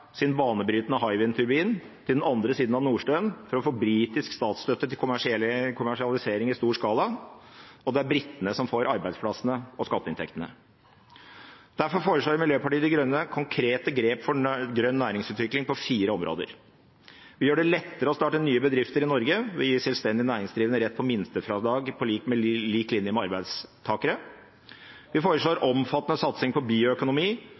siden av Nordsjøen for å få britisk statsstøtte til kommersialisering i stor skala, og det er britene som får arbeidsplassene og skatteinntektene. Derfor foreslår Miljøpartiet De Grønne konkrete grep for grønn næringsutvikling på fire områder: Vi gjør det lettere å starte nye bedrifter i Norge. Vi gir selvstendig næringsdrivende rett på minstefradrag på lik linje med arbeidstakere. Vi foreslår omfattende satsing på bioøkonomi